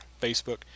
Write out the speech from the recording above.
Facebook